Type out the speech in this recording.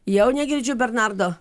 jau negirdžiu bernardo